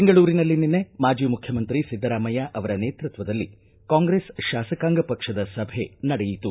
ಬೆಂಗಳೂರಿನಲ್ಲಿ ನಿನ್ನೆ ಮಾಜಿ ಮುಖ್ಯಮಂತ್ರಿ ಸಿದ್ದರಾಮಯ್ಕ ಅವರ ನೇತೃತ್ವದಲ್ಲಿ ಕಾಂಗ್ರೆಸ್ ಶಾಸಕಾಂಗ ಪಕ್ಷದ ಸಭೆ ನಡೆಯಿತು